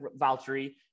Valtteri